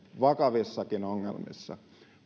vakavissakin ongelmissa